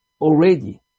already